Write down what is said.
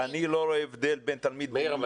מאיר,